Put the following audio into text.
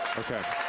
okay.